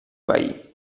veí